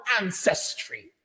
ancestry